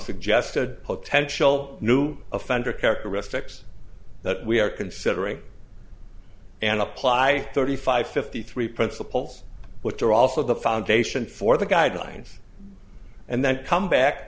suggested potential new offender characteristics that we are considering and apply thirty five fifty three principles which are also the foundation for the guidelines and then come back